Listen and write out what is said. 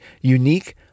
unique